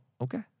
Okay